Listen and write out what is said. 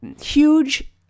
huge